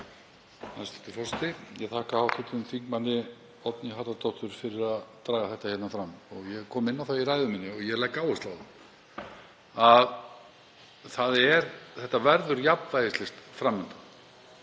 þetta verður jafnvægislist fram undan.